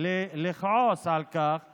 לכעוס על כך שילדים,